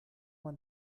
man